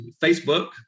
Facebook